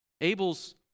Abel's